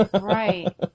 Right